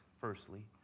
Firstly